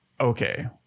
okay